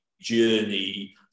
journey